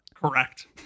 Correct